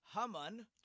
Haman